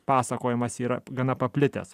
pasakojimas yra gana paplitęs